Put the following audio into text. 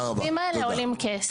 העיכובים האלה עולים כסף.